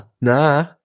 Nah